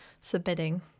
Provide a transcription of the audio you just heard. submitting